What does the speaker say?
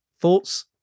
thoughts